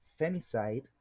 femicide